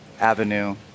avenue